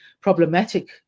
problematic